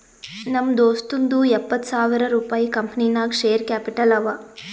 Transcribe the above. ನಮ್ ದೋಸ್ತುಂದೂ ಎಪ್ಪತ್ತ್ ಸಾವಿರ ರುಪಾಯಿ ಕಂಪನಿ ನಾಗ್ ಶೇರ್ ಕ್ಯಾಪಿಟಲ್ ಅವ